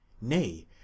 nay